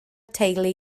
teulu